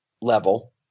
level